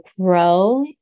grow